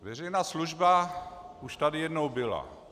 Veřejná služba už tady jednou byla.